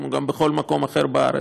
כמו בכל מקום אחר בארץ,